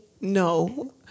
no